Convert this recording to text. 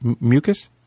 mucus